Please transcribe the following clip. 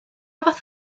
fath